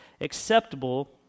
acceptable